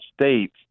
states